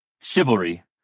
Chivalry